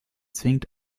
zwingend